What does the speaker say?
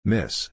Miss